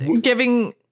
giving